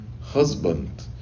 husband